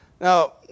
Now